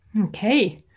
Okay